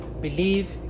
Believe